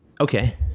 Okay